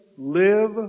Live